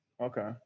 Okay